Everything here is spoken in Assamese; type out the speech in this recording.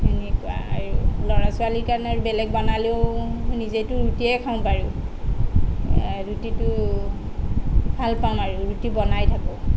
সেনেকুৱা আৰু ল'ৰা ছোৱালীৰ কাৰণে আৰু বেলেগ বনালেও নিজেটো ৰুটিয়ে খাওঁ বাৰু ৰুটিটো ভালপাওঁ আৰু ৰুটি বনাই থাকোঁ